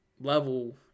level